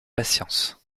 patience